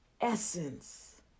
essence